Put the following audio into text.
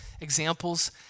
Examples